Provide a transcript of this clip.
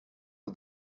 was